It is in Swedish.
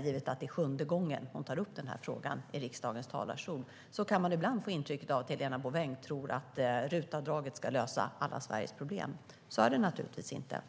Givet att det är sjunde gången hon tar upp frågan i riksdagens talarstol kan man ibland få intrycket att Helena Bouveng tror att RUT-avdraget ska lösa alla Sveriges problem. Så är det naturligtvis inte.